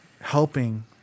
helping